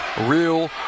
Real